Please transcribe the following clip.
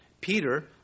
Peter